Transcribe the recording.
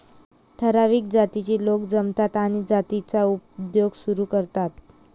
ठराविक जातीचे लोक जमतात आणि जातीचा उद्योग सुरू करतात